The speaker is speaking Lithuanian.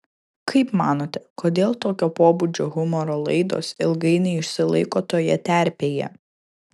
kaip manote kodėl tokio pobūdžio humoro laidos ilgai neišsilaiko toje terpėje